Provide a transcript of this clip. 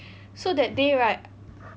so that day right